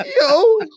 Yo